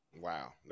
Wow